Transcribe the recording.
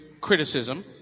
criticism